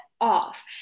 off